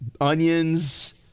onions